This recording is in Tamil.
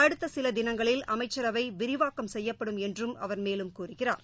அடுத்தசிலதினங்களில் அமைச்சரவைவிரிவாக்கம் செய்யப்படும் என்றும் அவர் மேலும் கூறுகிறார்